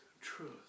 truth